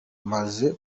maze